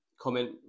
comment